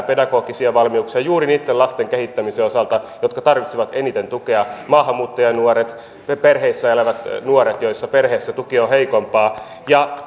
pedagogisia valmiuksia juuri niitten lasten kehittämisen osalta jotka tarvitsevat eniten tukea maahanmuuttajanuoret sellaisissa perheissä elävät nuoret joissa tuki on heikompaa ja